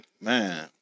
man